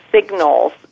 signals